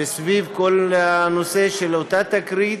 וסביב כל הנושא של אותה תקרית.